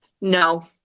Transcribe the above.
No